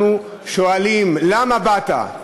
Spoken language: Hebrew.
אנחנו שואלים: למה באת?